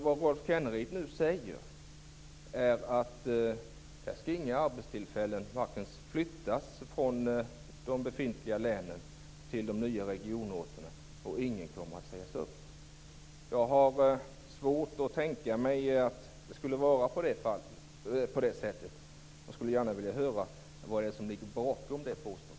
Vad Rolf Kenneryd nu säger är att det inte skall flyttas några arbetstillfällen från de befintliga länen till de nya regionorterna och att ingen kommer att sägas upp. Jag har svårt att tänka mig att det skulle vara på det sättet. Jag skulle gärna vilja höra vad det är som ligger bakom det påståendet.